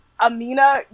Amina